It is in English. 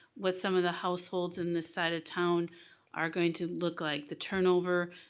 what some of the households in this side of town are going to look like, the turnover,